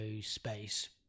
space